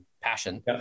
passion